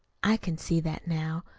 i can see that now.